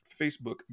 Facebook